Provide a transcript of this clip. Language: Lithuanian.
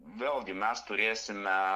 vėlgi mes turėsime